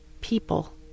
people